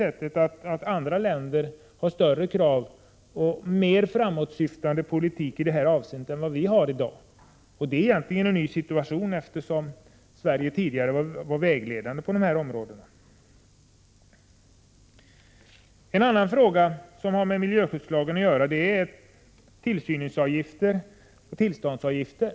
I dag ställer andra länder större krav och har en mer framåtsyftande politik i detta avseende än vad Sverige har. Det är en ny situation, eftersom Sverige tidigare har varit vägledande på dessa områden. En annan fråga som har med miljöskyddslagen att göra är tillsynsavgifter och tillståndsavgifter.